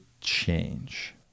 change